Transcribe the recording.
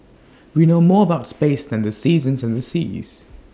we know more about space than the seasons and the seas